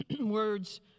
words